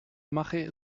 mache